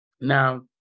Now